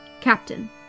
Captain